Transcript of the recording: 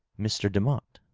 mr. demotte.